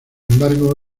embargo